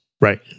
Right